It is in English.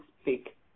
speak